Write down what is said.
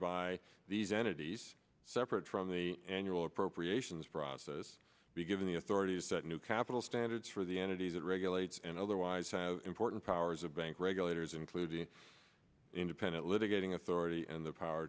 by these entities separate from the annual appropriations process be given the authority to set new capital standards for the entity that regulates and otherwise have important powers of bank regulators including independent litigating authority and the power